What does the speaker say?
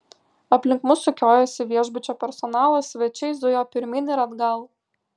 aplink mus sukiojosi viešbučio personalas svečiai zujo pirmyn ir atgal